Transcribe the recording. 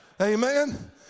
Amen